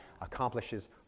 accomplishes